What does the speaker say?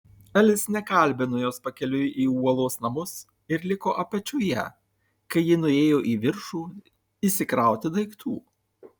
elis nekalbino jos pakeliui į uolos namus ir liko apačioje kai ji nuėjo į viršų išsikrauti daiktų